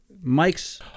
Mike's